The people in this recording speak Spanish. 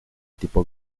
tipo